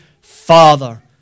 Father